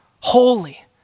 holy